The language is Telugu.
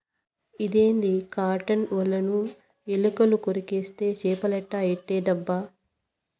ఇదేంది కాటన్ ఒలను ఎలుకలు కొరికేస్తే చేపలేట ఎట్టబ్బా